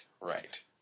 Right